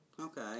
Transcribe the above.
Okay